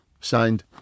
signed